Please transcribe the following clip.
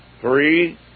Three